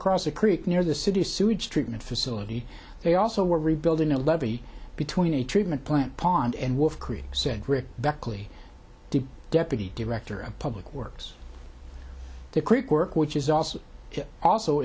across a creek near the city's sewage treatment facility they also were rebuilding a levee between a treatment plant pond and wolf creek said rick beckley deputy director of public works to creek work which is also also